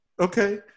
okay